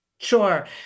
Sure